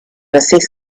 assessed